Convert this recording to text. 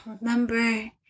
Remember